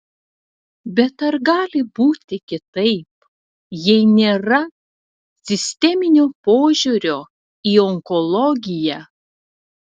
bet ar gali būti kitaip jei nėra sisteminio požiūrio į onkologiją